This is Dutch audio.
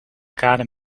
kade